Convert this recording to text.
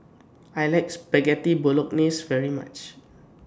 I like Spaghetti Bolognese very much